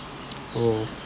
oh